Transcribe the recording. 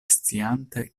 sciante